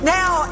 now